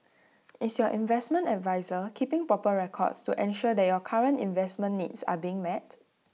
is your investment adviser keeping proper records to ensure that your current investment needs are being met